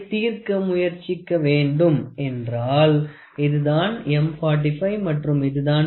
அதைத் தீர்க்க முயற்சிக்க வேண்டும் என்றால் இதுதான் M 45 மற்றும் இதுதான் 57